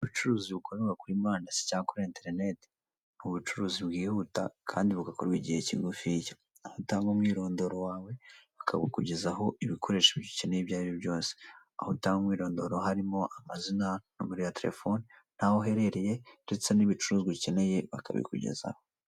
Ubucuruzi bukorerwa kuri murandasi cyangwa kuri enterinete ni ubucuruzi bwihuta kandi bugakorwa igihe kigufiya, aho utanga umwirondoro wawe bakakugezaho ibikoresho ukeneye ibyaribyo byose, aho utanga umwirondoro: harimo amazina, nimero ya terefone n'aho uherereye ndetse n'ibicuruzwa ukeneye bakabikugezaho.